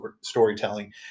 storytelling